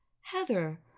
Heather